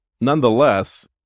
nonetheless